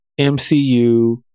MCU